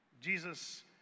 Jesus